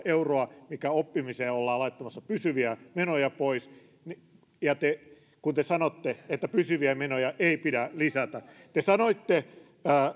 euroa mikä oppimiseen ollaan laittamassa pysyviä menoja pois kun te sanotte että pysyviä menoja ei pidä lisätä te sanoitte